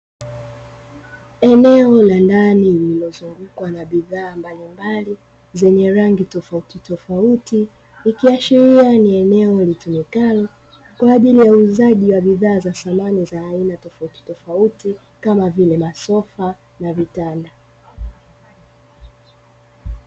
Eneo la ndani lililozungukwa na bidhaa mbalimbali zenye rangi tofauti tofauti. ikiashiria ni eneo litumikalo kwa ajili ya uuzaji wa bidhaa za samani za aina tofauti tofauti, kama vile masofa na vitanda.